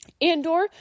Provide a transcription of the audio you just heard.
Andor